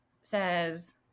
says